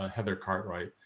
ah heather cart. right.